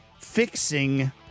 fixing